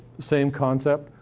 same concept.